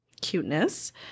cuteness